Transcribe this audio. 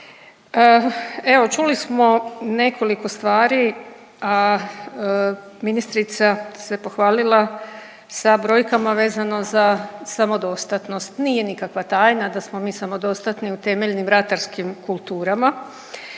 evo čuli smo nekoliko stvari ministrica se pohvalila sa brojkama vezano za samodostatnost. Nije nikakva tajna da smo mi samodostatni u temeljnim ratarskim kulturama,